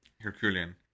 Herculean